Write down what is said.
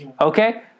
okay